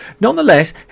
nonetheless